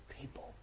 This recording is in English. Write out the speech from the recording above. people